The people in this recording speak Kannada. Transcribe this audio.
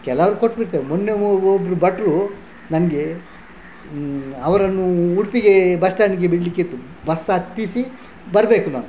ಕೆಲವ್ರು ಕೊಟ್ಟು ಬಿಡ್ತಾರೆ ಮೊನ್ನೆ ಒಬ್ಬರು ಭಟ್ರು ನನಗೆ ಅವರನ್ನು ಉಡುಪಿಗೆ ಬಸ್ ಸ್ಟ್ಯಾಂಡಿಗೆ ಬಿಡ್ಲಿಕ್ಕೆ ಇತ್ತು ಬಸ್ ಹತ್ತಿಸಿ ಬರಬೇಕು ನಾನು